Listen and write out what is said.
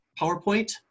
PowerPoint